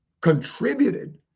contributed